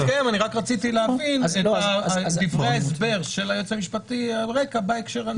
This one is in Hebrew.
רק רציתי להבין את דברי ההסבר של היועץ המשפטי בהקשר הזה.